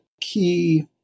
key